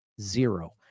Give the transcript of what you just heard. Zero